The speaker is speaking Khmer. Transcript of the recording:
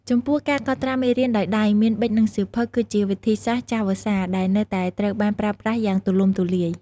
ចំពោះ ការកត់ត្រាមេរៀនដោយដៃ មាន ប៊ិចនិងសៀវភៅ គឺជាវិធីសាស្ត្រចាស់វស្សាដែលនៅតែត្រូវបានប្រើប្រាស់យ៉ាងទូលំទូលាយ។